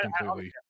completely